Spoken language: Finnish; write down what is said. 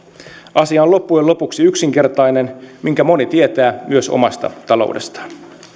asia on loppujen lopuksi yksinkertainen minkä moni tietää myös omasta taloudestaan